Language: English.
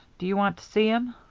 do you want to see him?